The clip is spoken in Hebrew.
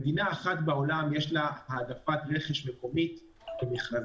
מדינה אחת בעולם יש לה העדפת רכש מקומית במכרזים,